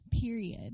period